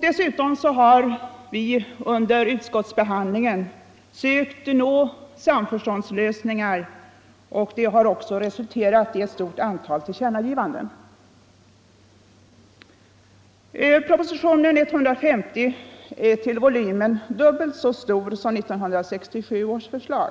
Dessutom har vi under utskottsbehandlingen sökt nå samförståndslösningar, och det har också resulterat i ett antal tillkännagivanden. Propositionen nr 150 är till volymen dubbelt så stor som 1967 års förslag,